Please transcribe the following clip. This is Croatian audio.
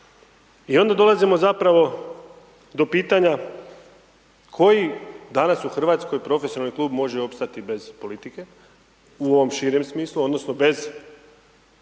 I onda dolazimo zapravo do pitanja koji danas u Hrvatskoj profesionalni klub može opstati bez politike u ovom širem smislu, odnosno bez uloge